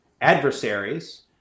adversaries